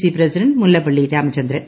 C president Mullappally Ramachandran